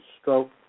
stroke